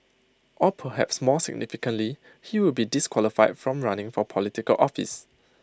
or perhaps more significantly he would be disqualified from running for Political office